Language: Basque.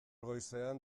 goizean